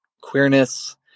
queerness